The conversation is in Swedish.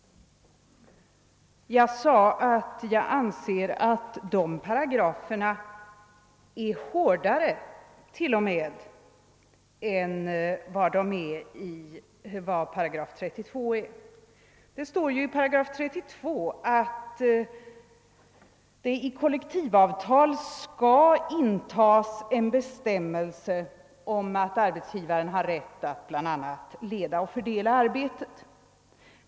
Jag sade att jag ansåg att dessa bestämmelser var hårdare till och med än 8 32. Det står i § 32 att det i kollektivavtal skall intas en bestämmelse om att arbetsgivaren har rätt att bl.a. leda och fördela arbetet.